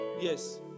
Yes